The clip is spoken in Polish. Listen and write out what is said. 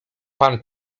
pan